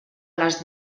les